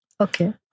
Okay